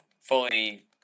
fully